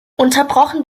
unterbrochen